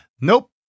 nope